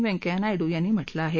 व्यंकय्या नायडू यांनी म्हा लं आहे